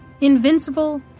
invincible